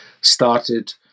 started